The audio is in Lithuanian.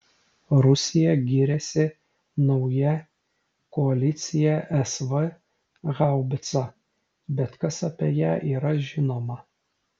rusija giriasi nauja koalicija sv haubica bet kas apie ją yra žinoma